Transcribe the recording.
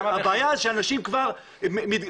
הבעיה היא שאנשים מתגלגלים.